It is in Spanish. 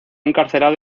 encarcelado